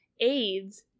AIDS